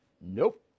Nope